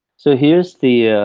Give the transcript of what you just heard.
so here's the